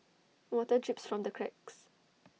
water drips from the cracks